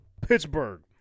Pittsburgh